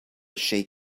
shake